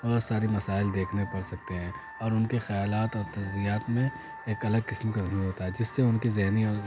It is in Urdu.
اور سارے مسائل دیکھنے پڑ سکتے ہیں اور ان کے خیالات اور تجزیات میں ایک الگ قسم کا ویو ہوتا ہے جس سے ان کی ذہنی اور